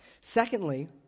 Secondly